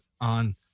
on